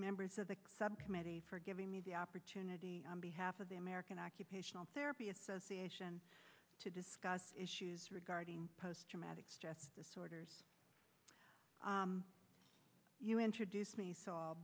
members of the subcommittee for giving me the opportunity behalf of the american occupational therapy association to discuss issues regarding post traumatic stress disorders you introduce me